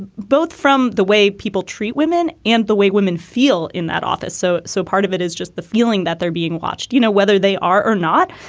ah both from the way people treat women and the way women feel in that office. so so part of it is just the feeling that they're being watched, you know, whether they are or not,